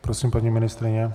Prosím, paní ministryně.